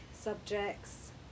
subjects